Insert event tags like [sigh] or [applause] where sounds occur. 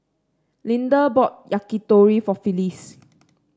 Linda bought Yakitori for Phyllis [noise]